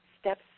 steps